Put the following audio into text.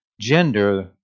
gender